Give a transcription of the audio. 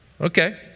Okay